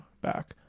back